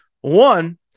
One